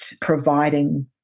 providing